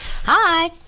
Hi